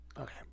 Okay